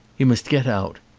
he must get out.